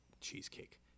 Cheesecake